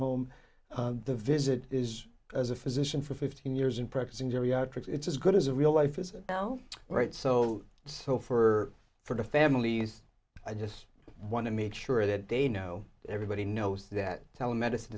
home the visit is as a physician for fifteen years in practicing geriatric it's as good as a real life is now all right so so for for the families i just want to make sure that they know everybody knows that telemedicine